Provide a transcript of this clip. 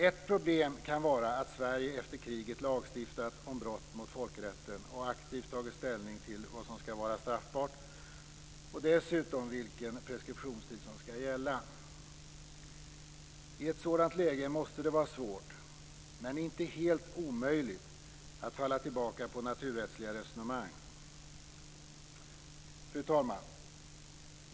Ett problem kan vara att Sverige efter kriget lagstiftat om brott mot folkrätten och aktivt tagit ställning till vad som ska vara straffbart och dessutom vilken preskriptionstid som ska gälla. I ett sådant läge måste det vara svårt, men inte helt omöjligt, att falla tillbaka på naturrättsliga resonemang. Fru talman!